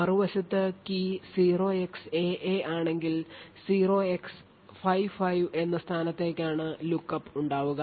മറുവശത്ത് key 0xAA ആണെങ്കിൽ 0x55 എന്ന സ്ഥാനത്തേക്കാണ് lookup ഉണ്ടാവുക